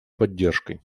поддержкой